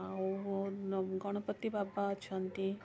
ଆଉ ଗଣପତି ବାବା ଅଛନ୍ତି